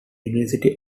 university